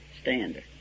standard